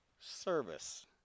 service